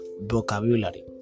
Vocabulary